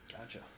Gotcha